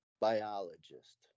biologist